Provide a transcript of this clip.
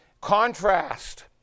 Contrast